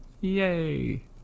Yay